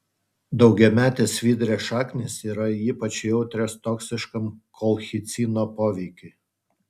daugiametės svidrės šaknys yra ypač jautrios toksiškam kolchicino poveikiui